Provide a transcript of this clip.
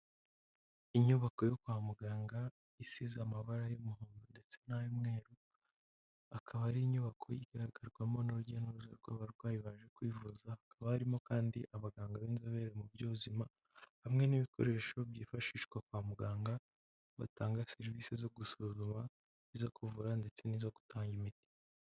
Inyubako yo kwa muganga isize amabara y'umuhondo ndetse n'ay'umweru, akaba ari inyubako igaragarwamo n'urujya'uruza rw'abarwayi baje kwivuza, hakaba harimo kandi abaganga b'inzobere mu by'ubuzima hamwe n'ibikoresho byifashishwa kwa muganga. Batanga serivisi zo gusuzuma n'izo kuvura ndetse n'izo gutanga imiti.